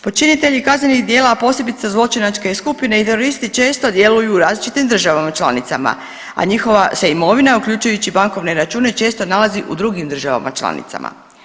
Počinitelji kaznenih djela, a posebice zločinačke skupine i teroristi često djeluju u različitim državama članicama, a njihova se imovina uključujući bankovne račune često nalazi u drugim državama članicama.